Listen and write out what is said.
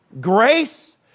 Grace